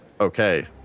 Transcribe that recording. okay